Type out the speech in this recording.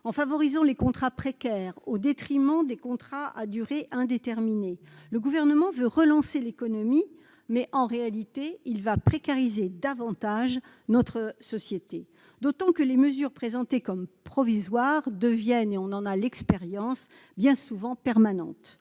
En favorisant les contrats précaires au détriment des contrats à durée indéterminée, le Gouvernement prétend relancer l'économie. En réalité, il va précariser davantage notre société, d'autant que les mesures présentées comme provisoires deviennent bien souvent permanentes-